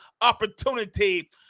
opportunity